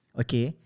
okay